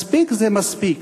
מספיק זה מספיק.